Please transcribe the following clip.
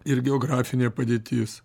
ir geografinė padėtis